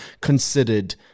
considered